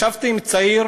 ישבתי עם צעיר